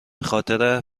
خاطر